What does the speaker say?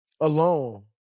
alone